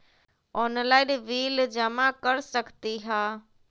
Online bill जमा कर सकती ह?